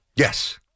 Yes